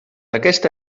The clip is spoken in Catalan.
aquesta